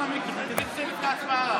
לא נצא מזה.